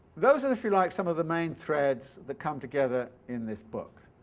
those are, if you like, some of the main threads that come together in this book